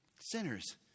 Sinners